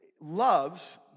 loves